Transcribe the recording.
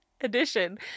edition